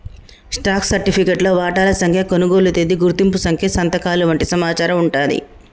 stock సర్టిఫికేట్లో వాటాల సంఖ్య, కొనుగోలు తేదీ, గుర్తింపు సంఖ్య సంతకాలు వంటి సమాచారం వుంటాంది